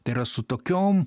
tai yra su tokiom